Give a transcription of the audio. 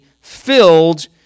filled